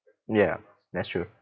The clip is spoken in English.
yeah that's true